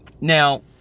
Now